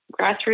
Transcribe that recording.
grassroots